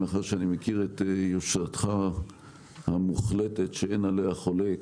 מאחר שאני מכיר את יושרתך המוחלטת שאין עליה חולק,